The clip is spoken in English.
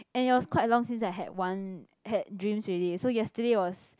and it was quite long since I had one had dreams already so yesterday was